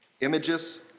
images